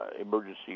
emergency